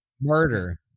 Murder